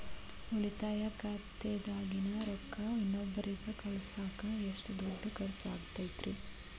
ಉಳಿತಾಯ ಖಾತೆದಾಗಿನ ರೊಕ್ಕ ಇನ್ನೊಬ್ಬರಿಗ ಕಳಸಾಕ್ ಎಷ್ಟ ದುಡ್ಡು ಖರ್ಚ ಆಗ್ತೈತ್ರಿ?